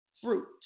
fruit